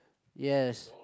yes